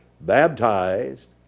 baptized